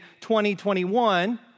2021